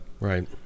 Right